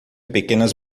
pequenas